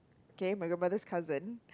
okay my grandmother's cousin